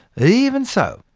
ah even so,